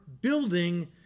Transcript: building